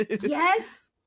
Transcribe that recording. Yes